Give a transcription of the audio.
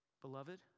Beloved